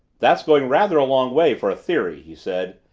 that's going rather a long way for a theory, he said.